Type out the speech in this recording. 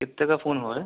کتنے کا فون ہوئے